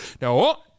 now